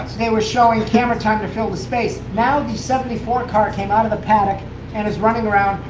they were showing camera time to fill the space. now the seventy four car came out of the paddock and is running around.